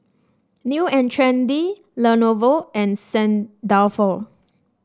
New And Trendy Lenovo and Saint Dalfour